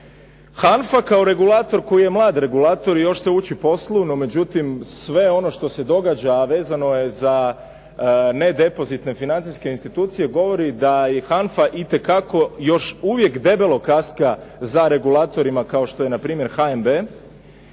HANFA kao regulator koji je mlad regulator i još se uči poslu, no međutim sve ono što se događa a vezano je za nedepozitne financijske institucije govori da i HANFA itekako još uvijek debelo kaska za regulatorima kao što je npr HNB